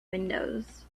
windows